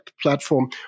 platform